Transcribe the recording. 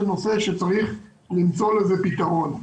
זה נושא שצריך למצוא לו פתרון.